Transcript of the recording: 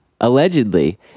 Allegedly